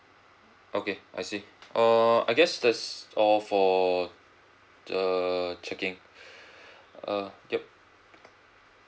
okay I see err I guess that's all for the checking uh ya